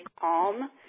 calm